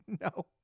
No